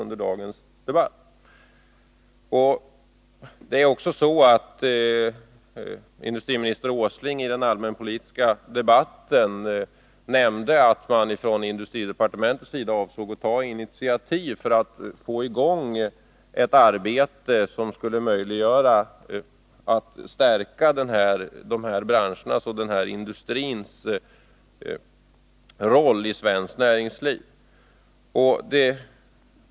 Industriminister Åsling nämnde också i samband med den allmänpolitiska debatten att man från industridepartementets sida avsåg att ta initiativ för att få i gång ett arbete som skulle möjliggöra en förstärkning av de här branschernas och av den här industrins roll i svenskt näringsliv.